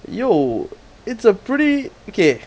yo it's uh pretty okay